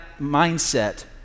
mindset